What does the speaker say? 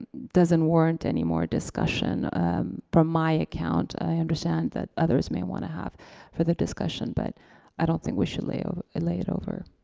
doesn't warrant anymore discussion from my account. i understand that others may want to have further discussion but i don't think we should lay ah it lay it over.